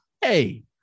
Hey